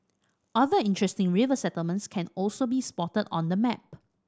other interesting river settlements can also be spotted on the map